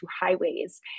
highways